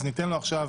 אז ניתן לו עכשיו